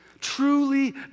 truly